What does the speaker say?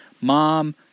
Mom